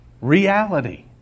reality